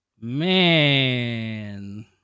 Man